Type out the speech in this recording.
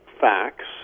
facts